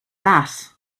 that